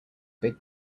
big